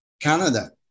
Canada